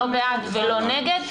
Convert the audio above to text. לא בעד ולא נגד.